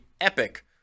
epic